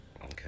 okay